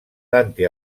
dante